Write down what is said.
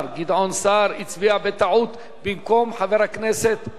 בטעות במקום חבר הכנסת השר עוזי לנדאו,